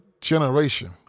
generation